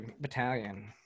battalion